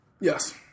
Yes